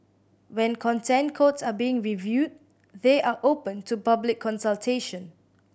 when Content Codes are being reviewed they are open to public consultation